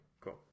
cool